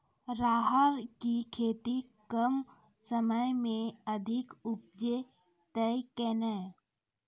राहर की खेती कम समय मे अधिक उपजे तय केना?